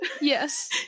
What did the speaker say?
Yes